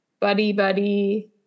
buddy-buddy